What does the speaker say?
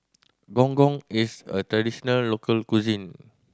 Gong Gong is a traditional local cuisine